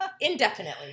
indefinitely